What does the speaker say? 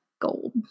gold